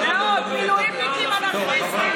מאות מילואימניקים אנרכיסטים?